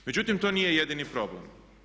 Međutim to nije jedini problem.